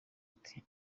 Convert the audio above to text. ati